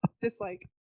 Dislike